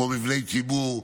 כמו מבני ציבור,